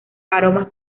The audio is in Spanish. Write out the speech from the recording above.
aromas